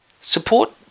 Support